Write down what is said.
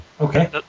Okay